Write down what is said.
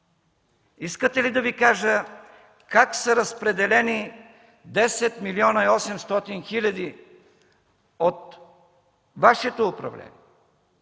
Искате ли да Ви кажа как са разпределени 10 млн. 800 хил. лв. от Вашето управление?